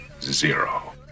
zero